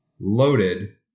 loaded